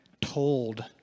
told